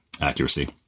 accuracy